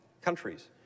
countries